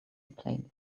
playlist